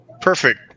Perfect